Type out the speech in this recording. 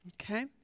Okay